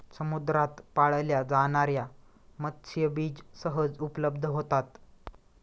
समुद्रात पाळल्या जाणार्या मत्स्यबीज सहज उपलब्ध होतात